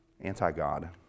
anti-God